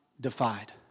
defied